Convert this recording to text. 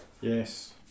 Yes